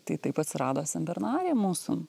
tai taip atsirado senbernarė mūsų